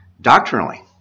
doctrinally